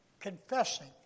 confessing